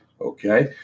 Okay